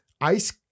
ice